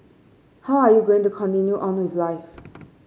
how are you going to continue on with life